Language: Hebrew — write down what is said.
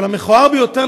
אבל המכוער ביותר,